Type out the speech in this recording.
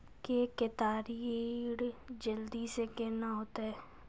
के केताड़ी जल्दी से के ना होते?